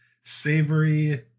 Savory